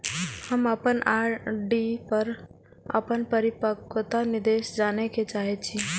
हम अपन आर.डी पर अपन परिपक्वता निर्देश जाने के चाहि छी